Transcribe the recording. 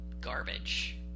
garbage